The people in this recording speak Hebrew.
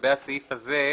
לגבי הסעיף הזה,